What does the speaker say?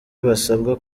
basabwa